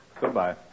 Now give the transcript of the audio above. Goodbye